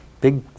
big